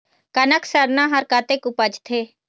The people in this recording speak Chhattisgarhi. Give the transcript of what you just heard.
कनक सरना हर कतक उपजथे?